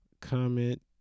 comment